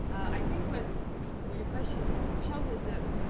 i think like but what your question shows is the